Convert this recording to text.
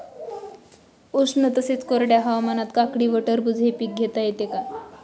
उष्ण तसेच कोरड्या हवामानात काकडी व टरबूज हे पीक घेता येते का?